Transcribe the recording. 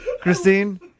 Christine